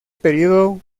período